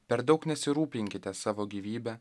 per daug nesirūpinkite savo gyvybe